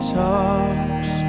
talks